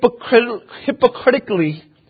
hypocritically